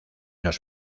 los